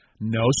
no